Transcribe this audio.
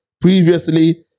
previously